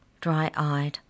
dry-eyed